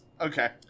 okay